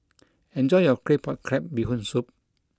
enjoy your Claypot Crab Bee Hoon Soup